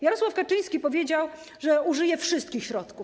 Jarosław Kaczyński powiedział, że użyje wszystkich środków.